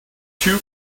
two